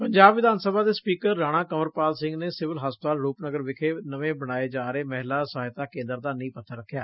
ਪੰਜਾਬ ਵਿਧਾਨ ਸਭਾ ਦੇ ਸਪੀਕਰ ਰਾਣਾ ਕੰਵਰਪਾਲ ਸਿੰਘ ਨੇ ਸਿਵਲ ਹਸਪਤਾਲ ਰੂਪਨਗਰ ਵਿਖੇ ਨਵੇਂ ਬਣਾਏ ਜਾ ਰਹੇ ਮਹਿਲਾ ਸਹਾਇਤਾ ਕੇਂਦਰ ਦਾ ਨੀਹ ਪੱਬਰ ਰੱਖਿਆ